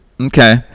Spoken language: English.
Okay